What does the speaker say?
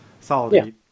solid